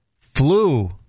flu